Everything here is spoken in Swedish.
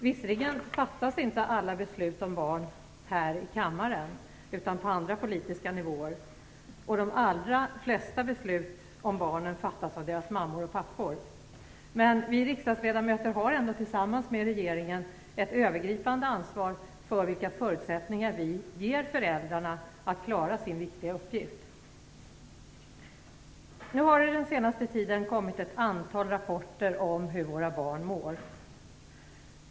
Visserligen fattas inte alla beslut om barn här i kammaren utan på andra politiska nivåer, och de allra flesta beslut om barnen fattas av deras mammor och pappor, men vi riksdagsledamöter har ändå tillsammans med regeringen ett övergripande ansvar för vilka förutsättningar vi ger föräldrarna att klara sin viktiga uppgift. Det har den senaste tiden kommit ett antal rapporter om hur våra barn mår.